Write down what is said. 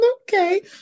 okay